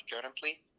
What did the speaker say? currently